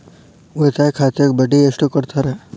ಉಳಿತಾಯ ಖಾತೆಗೆ ಬಡ್ಡಿ ಎಷ್ಟು ಕೊಡ್ತಾರ?